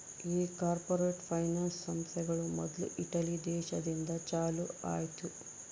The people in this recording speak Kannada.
ಈ ಕಾರ್ಪೊರೇಟ್ ಫೈನಾನ್ಸ್ ಸಂಸ್ಥೆಗಳು ಮೊದ್ಲು ಇಟಲಿ ದೇಶದಿಂದ ಚಾಲೂ ಆಯ್ತ್